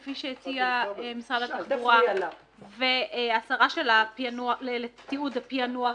כפי שהציע משרד התחבורה והסרה לתיעוד הפענוח